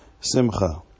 Simcha